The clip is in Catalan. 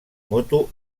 moto